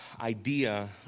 idea